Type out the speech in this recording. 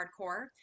hardcore